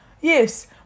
Yes